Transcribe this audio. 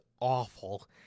awful